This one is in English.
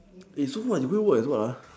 eh so what you gonna work as what ah